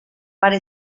para